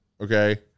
okay